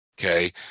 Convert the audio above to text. okay